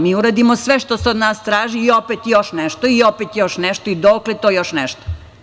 Mi uradimo sve što se od nas traži i opet još nešto, i opet još nešto, i dokle to još nešto.